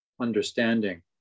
understanding